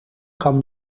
kan